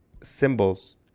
symbols